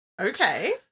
okay